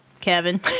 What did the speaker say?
Kevin